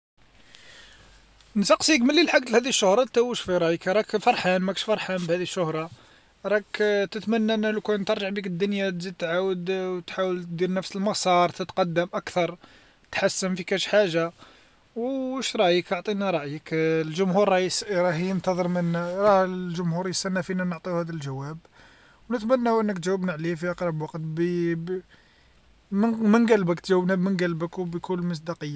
نسقسيك ملي لحقت لهاذي الشهرة تا واش في رايك؟ راك فرحان ماكش فرحان بهادي الشهرة؟ راك تتمنى ان لو كان ترجع بك الدنيا تزيد تعاود وتحاول دير نفس المسار تتقدم أكثر، تحسن فيكاش حاجة، واش رأيك اعطينا رأيك، الجمهور راهي راه يس- ينتظر من الجمهور يستنا نعطيوه هذا الجواب ونتمنى أن جاوب عليه في أقرب وقت بي- من من قلبك تجاوبنا من قلبك وبكل مصداقية.